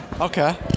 Okay